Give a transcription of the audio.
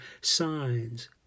signs